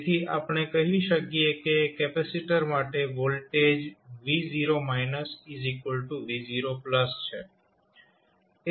તેથી આપણે કહી શકીએ કે કેપેસિટર માટે વોલ્ટેજ v v0 છે